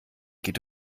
geht